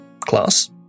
class